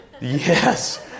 yes